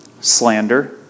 Slander